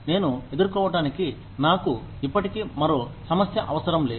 నేను ఎదుర్కోవటానికి నాకు ఇప్పటికీ మరో సమస్య అవసరం లేదు